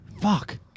Fuck